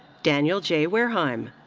daniel j. warehime.